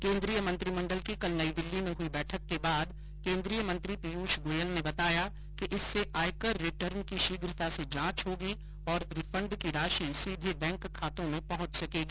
केंद्रीय मंत्रिमंडल की कल नई दिल्ली में हई बैठक के बाद केंद्रीय मंत्री पीयूष गोयल ने बताया कि इससे आयकर रिटर्न की शीघ्रता से जांच होगी और रिफंड की राशि सीधे बैंक खातों में पहुंच सकेगी